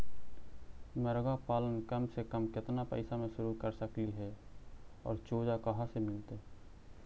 मरगा पालन कम से कम केतना पैसा में शुरू कर सकली हे और चुजा कहा से मिलतै?